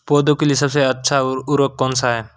पौधों के लिए सबसे अच्छा उर्वरक कौनसा हैं?